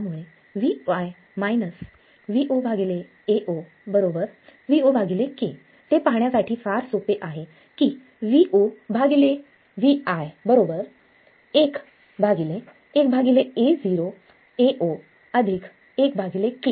त्यामुळे Vi Vo Ao Vo k ते पाहण्यासाठी फार सोपे आहे की Vo Vi 1 1 Ao 1 k